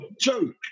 joke